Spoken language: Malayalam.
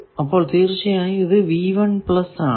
അപ്പോൾ തീർച്ചയായും ഇത് ആണ്